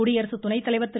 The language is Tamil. குடியரசு துணைத்தலைவர் திரு